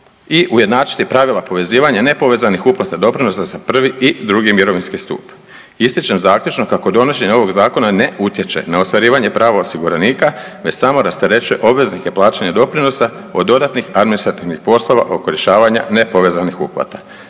i ujednačiti pravila povezivanja nepovezanih uplata doprinosa za prvi i drugi mirovinski stup. Ističem zaključno kako donošenje ovog zakona ne utječe na ostvarivanje prava osiguranika već samo rasterećuje obveznike plaćanja doprinosa od dodatnih administrativnih poslova oko rješavanja nepovezanih uplata.